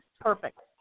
Perfect